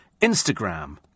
Instagram